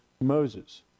Moses